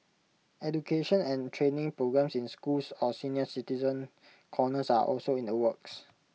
education and training programmes in schools or senior citizen corners are also in the works